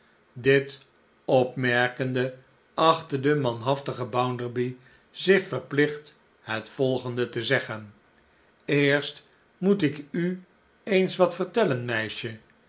dit opmerkende achtte de manhaftige bounderby zich verplicht het volgende te zeggen eerst moet ik u eens wat vertellen meisje